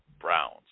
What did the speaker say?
Browns